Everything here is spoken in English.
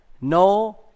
no